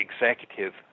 executive